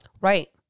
Right